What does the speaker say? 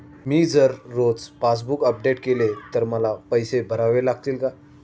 मी जर रोज passbook update केले तर मला पैसे भरावे लागतील का?